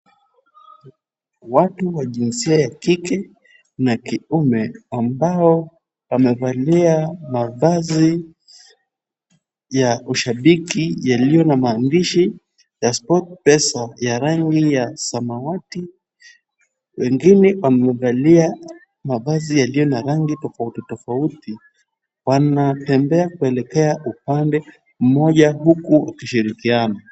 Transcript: Watu wa jinsia ya kike na kiume ambao wamevalia mavazi ya ushabiki yaliyo na maandishi ya Sport Pesa ya rangi ya samawati wengine wamevalia mavazi yaliyo na rangi tofauti tofauti wanatembea kuelekea upande mmoja huku wakishirikiana.